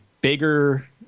bigger